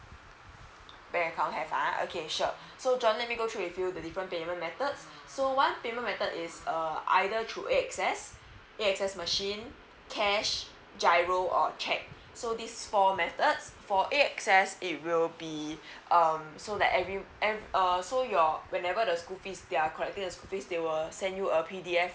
bank account have ah okay sure so john let me go through with you the different payment methods so one payment method is uh either through axs axs machine cash giro or check so this four method for axs it will be um so like every ev~ so your whenever the school fees they're collecting the school fees they were send you a pdf